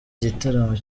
gitaramo